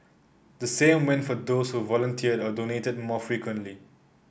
the same went for those who volunteered or donated more frequently